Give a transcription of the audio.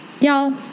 y'all